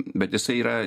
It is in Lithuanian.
bet jisai yra